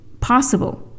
possible